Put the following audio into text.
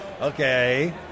Okay